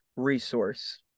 Resource